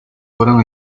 fueron